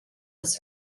was